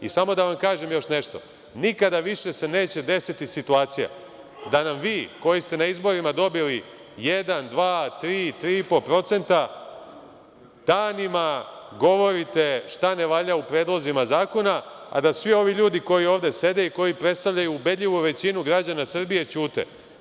I samo da vam kažem još nešto nikada više se neće desiti situacija da nam vi koji ste na izborima dobili jedan, dva, tri i po procenta, danima govorite šta ne valja u predlozima zakona a da svi ovi ljudi koji ovde sede i koji predstavljaju ubedljivo većinu građana Srbije ćute.